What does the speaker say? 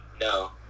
No